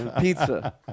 Pizza